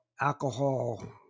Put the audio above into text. alcohol